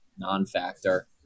non-factor